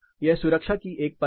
यह सुरक्षा की एक परत है